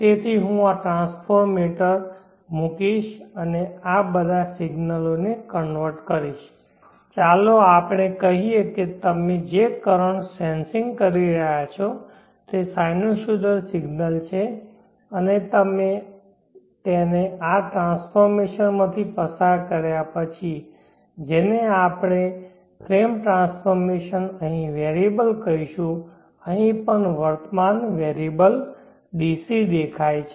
તેથી હું ટ્રાન્સફોર્મેટર મૂકીશ અને આ બધા સિગ્નલોને કન્વર્ટ કરીશ ચાલો આપણે કહીએ કે તમે જે કરન્ટ્સ સેંસીંગ કરી રહ્યાં છો તે સાઇનોસોઈડલ સિગ્નલ છે અને તમે તેને આ ટ્રાન્સફોર્મેશનમાંથી પસાર કર્યા પછી જેને આપણે ફ્રેમ ટ્રાન્સફોર્મેશન અહીં વેરીએબલ કહીશું અહીં પણ વર્તમાન વેરીએબલ ડીસી દેખાય છે